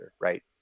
right